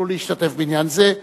שיוכלו להשתתף בעניין זה.